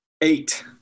Eight